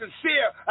sincere